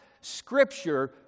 scripture